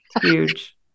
Huge